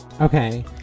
Okay